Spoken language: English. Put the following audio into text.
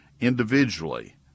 individually